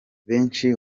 benshi